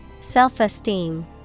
Self-esteem